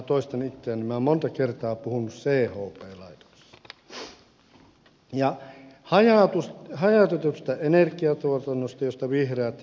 minä olen monta kertaa puhunut chp laitoksista ja hajautetusta energiantuotannosta josta vihreät monesti täällä mainitsevat